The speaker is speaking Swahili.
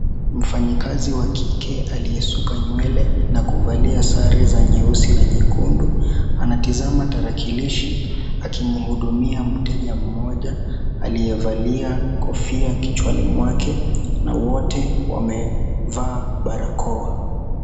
Mfanyikazi wa kike aliyesuka nywele na kuvalia sare za nyeusi na nyekundu anatazama tarakilishi akimhudumia mteja mmoja aliyevalia kofia kichwani mwake na wote wamevaa barakoa.